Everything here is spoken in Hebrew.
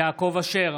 יעקב אשר,